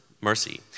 mercy